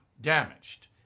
damaged